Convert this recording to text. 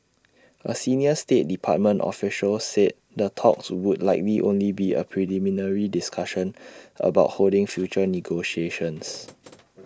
A senior state department official said the talks would likely only be A preliminary discussion about holding future negotiations